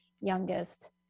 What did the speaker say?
youngest